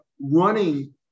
running